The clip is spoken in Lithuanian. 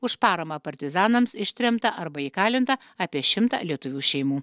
už paramą partizanams ištremta arba įkalinta apie šimtą lietuvių šeimų